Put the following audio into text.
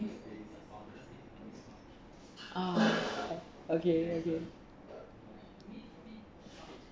ah okay okay